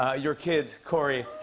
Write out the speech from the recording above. ah your kids, cory.